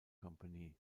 company